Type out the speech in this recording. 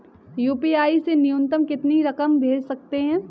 UPI से न्यूनतम कितनी रकम भेज सकते हैं?